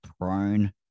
prone